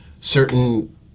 certain